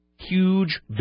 Huge